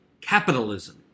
capitalism